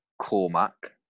Cormac